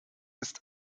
ist